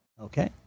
Okay